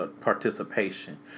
participation